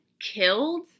killed